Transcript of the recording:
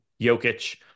Jokic